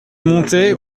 montais